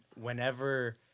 whenever